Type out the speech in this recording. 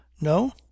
no